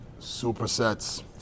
Supersets